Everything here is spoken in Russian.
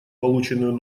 полученную